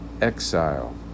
exile